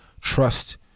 trust